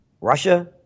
Russia